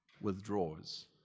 withdraws